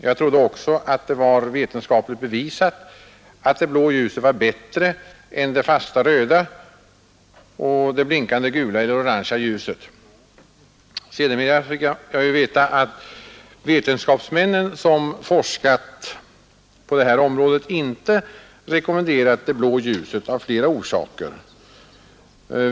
Jag trodde också att det var vetenskapligt bevisat att det blå ljuset var bättre än det fasta röda och det blinkande gula eller orangefärgade ljuset. Sedermera fick jag veta att vetenskapsmännen som forskat på detta område inte rekommenderat det blå ljuset av flera orsaker.